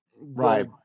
right